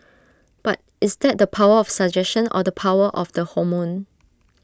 but is that the power of suggestion or the power of the hormone